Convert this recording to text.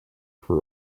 for